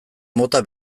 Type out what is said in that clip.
mota